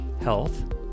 health